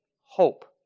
Hope